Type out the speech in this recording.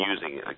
using